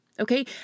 Okay